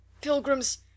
pilgrims